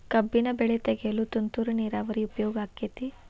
ಕಬ್ಬಿನ ಬೆಳೆ ತೆಗೆಯಲು ತುಂತುರು ನೇರಾವರಿ ಉಪಯೋಗ ಆಕ್ಕೆತ್ತಿ?